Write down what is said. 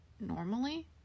Normally